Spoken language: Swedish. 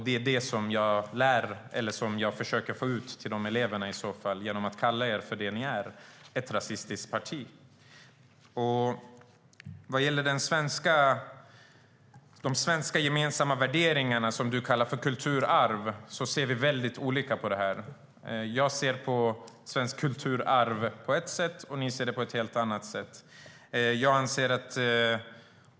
Det är det som jag försöker få ut till eleverna genom att kalla er för det ni är: ett rasistiskt parti. De svenska gemensamma värderingarna, som Stefan Jakobsson kallar för kulturarv, ser vi väldigt olika på. Jag ser på det svenska "kulturarvet" på ett sätt, ni på ett helt annat.